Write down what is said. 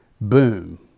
boom